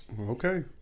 Okay